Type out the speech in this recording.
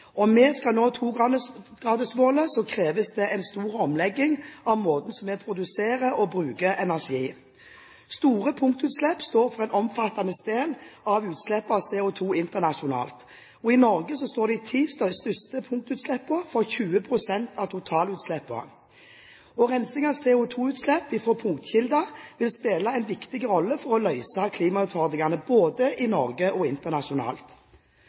Om vi skal nå togradersmålet, kreves det en stor omlegging av måten vi produserer og bruker energi på. Store punktutslipp står for en omfattende del av utslippene av CO2 internasjonalt. I Norge står de ti største punktutslippene for 20 pst. av totalutslippet. Rensing av CO2-utslipp fra punktkilder vil spille en viktig rolle for å løse klimautfordringene, både i Norge og internasjonalt.